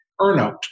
earnout